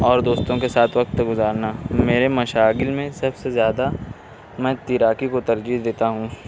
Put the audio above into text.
اور دوستوں کے ساتھ وقت گزارنا میرے مشاغل میں سب سے زیادہ میں تیراکی کو ترجیح دیتا ہوں